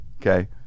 Okay